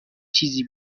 چیزی